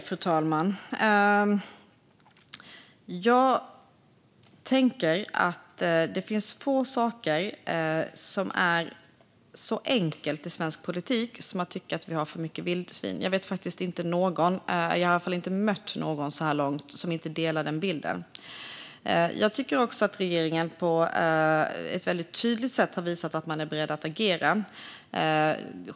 Fru talman! Jag tänker att det inte finns mycket som är så enkelt i svensk politik som att tycka att vi har för mycket vildsvin. Jag vet faktiskt inte någon - jag har i alla fall inte mött någon så här långt - som inte delar den bilden. Jag tycker också att regeringen på ett väldigt tydligt sätt har visat att man är beredd att agera.